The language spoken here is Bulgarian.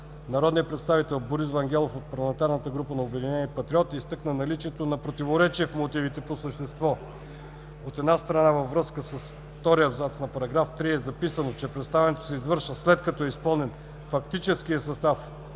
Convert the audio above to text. Народният представител Борис Вангелов от парламентарната група на „Обединени патриоти“ изтъкна наличието на противоречие в мотивите по същество. От една страна, във втория абзац на § 3 е записано, че представянето се извършва, след като е „изпълнен фактическият състав